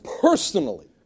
personally